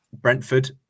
Brentford